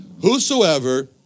whosoever